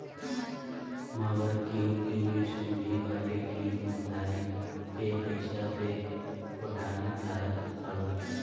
मगर केहू केहू अइसन भी बाटे की उ उधारी के पईसा पे फोटानी झारत हवे